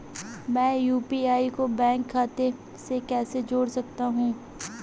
मैं यू.पी.आई को बैंक खाते से कैसे जोड़ सकता हूँ?